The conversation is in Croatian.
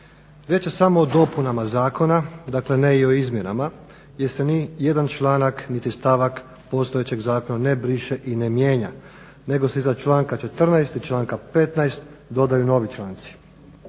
Riječ je samo o dopunama Zakona, dakle, ne i o izmjenama jer se ni jedan članak niti stavak postojećeg zakona ne briše i ne mijenja. Nego se iza članka 14. i članka 15. dodaju novi članci.